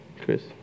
Chris